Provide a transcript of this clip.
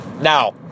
Now